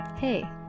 Hey